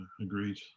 Agreed